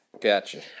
Gotcha